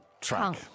track